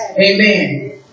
Amen